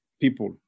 people